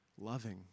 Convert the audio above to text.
loving